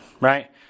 Right